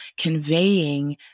conveying